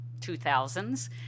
2000s